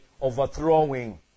overthrowing